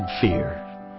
fear